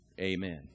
Amen